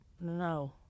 No